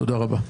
תודה רבה.